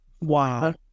Wow